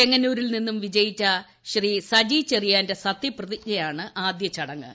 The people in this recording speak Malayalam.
ചെങ്ങന്നൂരിൽ എസ്പിന്നും വിജയിച്ച സജി ചെറിയാന്റെ സത്യപ്രതിജ്ഞയാണ് ആദ്യ ചടങ്ങ്